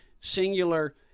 singular